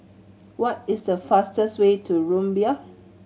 what is the fastest way to Rumbia